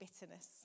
bitterness